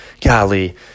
Golly